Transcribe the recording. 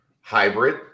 hybrid